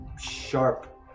sharp